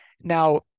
Now